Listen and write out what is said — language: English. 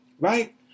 right